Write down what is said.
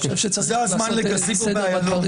חייב לבוא בד בבד עם נכונות לשאת בעונש,